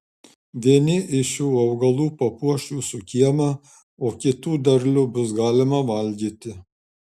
vieni iš šių augalų papuoš jūsų kiemą o kitų derlių bus galima valgyti